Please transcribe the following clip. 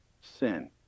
sin